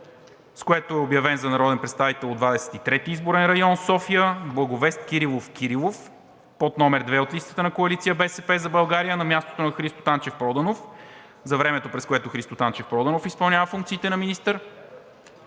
с което е обявен за народен представител от Двадесет и трети изборен район – София, Благовест Кирилов Кирилов, под № 2 от листата на Коалиция „БСП за България“, на мястото на Христо Станчев Проданов за времето, през което Христо Станчев Проданов изпълнява функциите на министър;